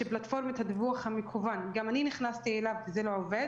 שפלטפורמת הדיווח המקוון גם אני נכנסתי וזה לא עובד